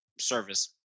service